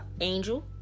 angel